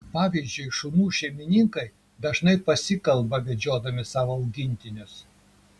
pavyzdžiui šunų šeimininkai dažnai pasikalba vedžiodami savo augintinius